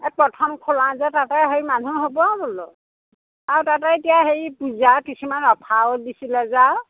এ প্ৰথম খোলা যে তাতে হেৰি মানুহ হ'ব বোলো আৰু তাতে এতিয়া হেৰি পূজা কিছুমান অফাৰো দিছিলে যে আৰু